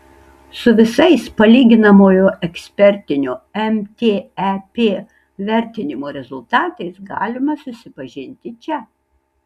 su visais palyginamojo ekspertinio mtep vertinimo rezultatais galima susipažinti čia